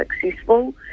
successful